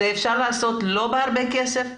את זה אפשר לעשות לא בהרבה כסף,